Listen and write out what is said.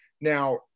Now